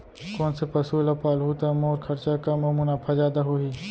कोन से पसु ला पालहूँ त मोला खरचा कम अऊ मुनाफा जादा होही?